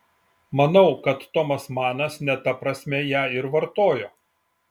manau kad tomas manas ne ta prasme ją ir vartojo